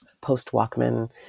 post-Walkman